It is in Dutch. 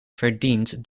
verdient